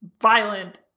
violent